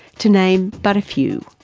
to name but a few.